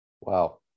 Wow